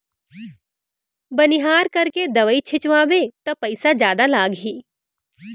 बनिहार करके दवई छिंचवाबे त पइसा जादा लागही